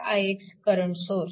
4ix current source